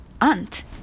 aunt